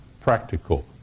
practical